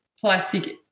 plastic